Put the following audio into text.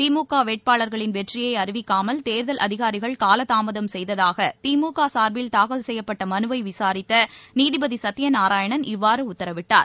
திமுக வேட்பாளர்களின் வெற்றியை அறிவிக்காமல் தேர்தல் அதிகாரிகள் காலதாமதம் செய்ததாக திமுக சார்பில் தாக்கல் செய்யப்பட்ட மனுவை விசாரித்த நீதிபதி சுத்யநாராயணன் இவ்வாறு உத்தரவிட்டார்